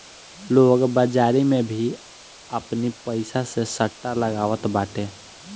लोग बाजारी में भी आपनी पईसा से सट्टा लगावत बाटे